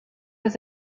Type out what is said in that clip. was